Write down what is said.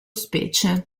specie